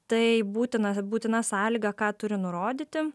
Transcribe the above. tai būtina būtina sąlyga ką turi nurodyti